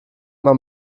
man